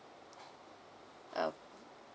uh